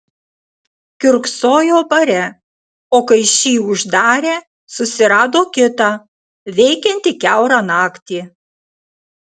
kiurksojo bare o kai šį uždarė susirado kitą veikiantį kiaurą naktį